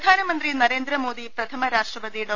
പ്രധാനമന്ത്രി നരേന്ദ്രമോദി പ്രഥമ രാഷ്ട്രപതി ഡോ